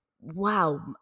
wow